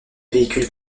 véhicules